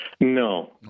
No